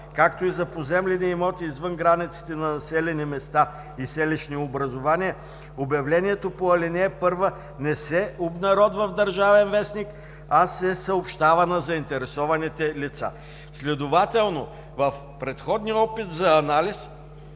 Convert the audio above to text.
както и за поземлени имоти извън границите на населени места и селищни образувания, обявлението по ал. 1 не се обнародва в „Държавен вестник“, а се съобщава на заинтересованите лица. Следователно в предходния опит за анализ